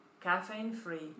caffeine-free